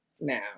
now